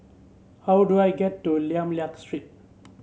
how do I get to Lim Liak Street